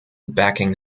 backing